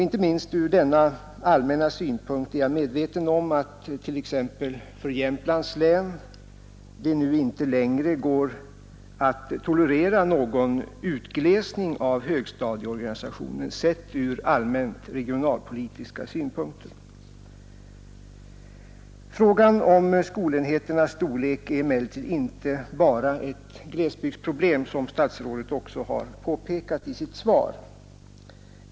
Inte minst ur denna allmänna synpunkt är jag medveten om att t.ex. Jämtlands län inte tål någon ytterligare utglesning av högstadieorganisationen, sett ur allmänt regionalpolitiska synpunkter. Frågan om skolenheternas storlek är emellertid inte bara ett glesbygdsproblem, som statsrådet också har påpekat i sitt svar.